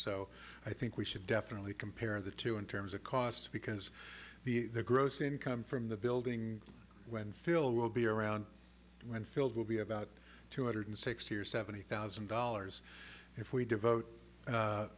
so i think we should definitely compare the two in terms of cost because the gross income from the building when phil will be around when filled will be about two hundred sixty or seventy thousand dollars if we devote